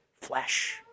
flesh